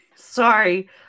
Sorry